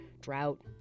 drought